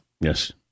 yes